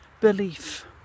belief